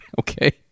Okay